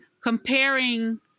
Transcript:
Comparing